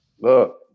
Look